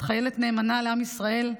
את חיילת נאמנה לעם ישראל.